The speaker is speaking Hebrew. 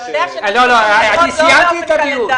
יודע ש- -- אני סיימתי את הדיון.